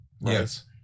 Yes